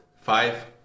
five